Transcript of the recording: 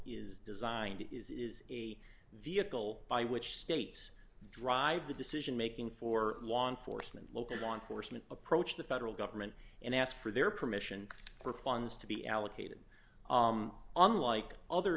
is designed is it is a vehicle by which states drive the decision making for law enforcement local law enforcement approach the federal government and ask for their permission for funds to be allocated unlike other